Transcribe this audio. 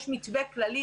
יש מתווה כללי,